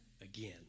again